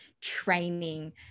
training